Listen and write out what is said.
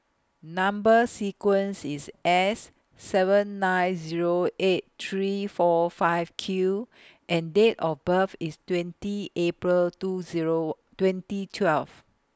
Number sequence IS S seven nine Zero eight three four five Q and Date of birth IS twenty April two Zero twenty twelve